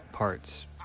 Parts